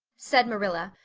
said marilla,